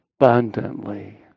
abundantly